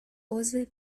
عضو